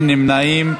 אין נמנעים.